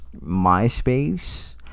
myspace